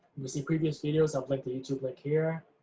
you see previous videos, i've linked the youtube link here,